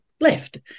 left